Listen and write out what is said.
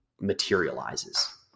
materializes